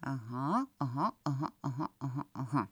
aha aha aha aha aha aha